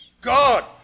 God